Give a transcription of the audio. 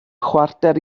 chwarter